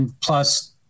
plus